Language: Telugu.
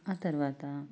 ఆ తర్వాత